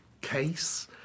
case